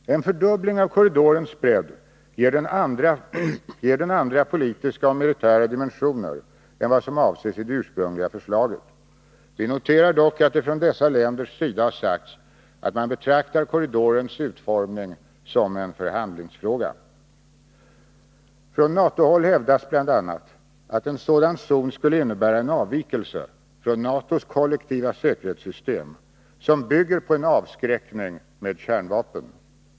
En fördubbling av korridorens bredd ger den andra politiska och militära dimensioner än vad som avses i det ursprungliga förslaget. Vi noterar dock att det från dessa länders sida har sagts att man betraktar korridorens utformning som en förhandlingsfråga. Från NATO-håll hävdas bl.a. att en sådan zon skulle innebära en avvikelse från NATO:s kollektiva säkerhetssystem, som bygger på en avskräckning med kärnvapen.